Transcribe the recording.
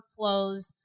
workflows